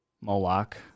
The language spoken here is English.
Moloch